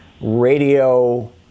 radio